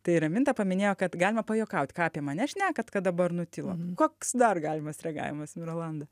tai raminta paminėjo kad galima pajuokauti ką apie mane šnekat kad dabar nutilot koks dar galimas reagavimas mirolanda